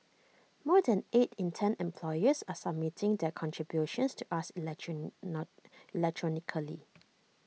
more than eight in ten employers are submitting their contributions to us electronically